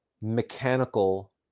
mechanical